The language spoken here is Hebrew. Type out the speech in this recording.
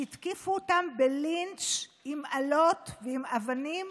שהתקיפו אותם בלינץ' עם אלות ועם אבנים,